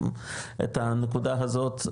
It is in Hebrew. את הנקודה הזאת,